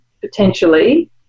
potentially